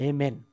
Amen